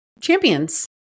Champions